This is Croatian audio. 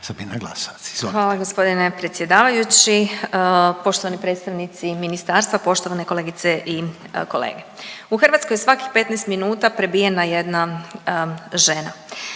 Hvala gospodine predsjedavajući, poštovani predstavnici ministarstva, poštovane kolegice i kolege. U Hrvatskoj je svakih 15 minuta prebijena jedna žena.